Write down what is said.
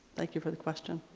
thank you for the question.